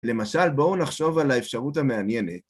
למשל, בואו נחשוב על האפשרות המעניינת.